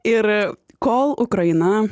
ir kol ukraina